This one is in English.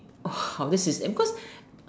!wow! this is because